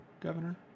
governor